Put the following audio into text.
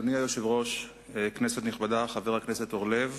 אדוני היושב-ראש, כנסת נכבדה, חבר הכנסת אורלב,